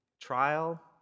trial